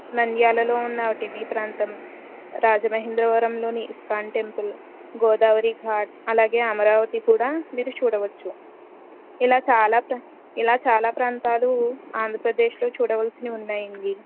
నంద్యాలలో ఉన్న అటవీ ప్రాంతం రాజమహేంద్రవరంలోని ఇస్కాన్ టెంపుల్ గోదావరి ఘాట్ అలాగే అమరావతి కూడా మీరు చూడవచ్చు ఇలా చాలా ప్ర ఇలా చాలా ప్రాంతాలు ఆంధ్రప్రదేశ్లో చూడవలసినవి ఉన్నాయి అండి